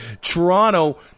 Toronto